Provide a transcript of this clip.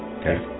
Okay